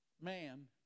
Man